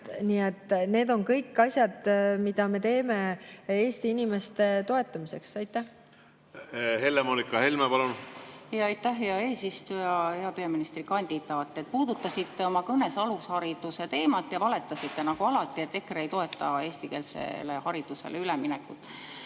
Need kõik on asjad, mida me teeme Eesti inimeste toetamiseks. Helle‑Moonika Helme, palun! Aitäh, hea eesistuja! Hea peaministrikandidaat! Te puudutasite oma kõnes alushariduse teemat ja valetasite nagu alati, et EKRE ei toeta eestikeelsele haridusele üleminekut.